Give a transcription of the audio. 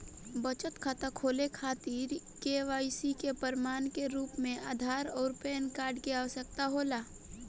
बचत खाता खोले खातिर के.वाइ.सी के प्रमाण के रूप में आधार आउर पैन कार्ड की आवश्यकता होला